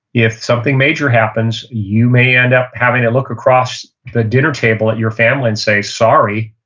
if something major happens, you may end up having to look across the dinner table at your family and say, sorry.